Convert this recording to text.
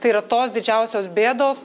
tai yra tos didžiausios bėdos